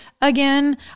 again